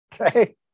Okay